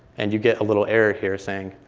and you get a little error here saying,